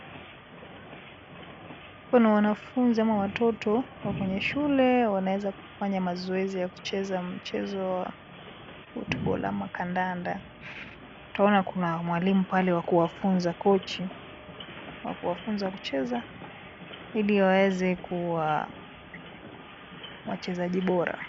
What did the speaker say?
Kuna wanafunzi ama watoto wako kwenye shule wanaweza kufanya mazoezi ya kucheza mchezo wa futbol ama kandanda. Tunaona kuna mwalimu pale wa kuwafunza, kochi wa kuwafunza kucheza ili waweze kua wachezaji bora.